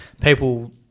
people